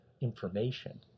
information